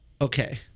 Okay